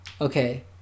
okay